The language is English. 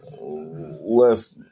less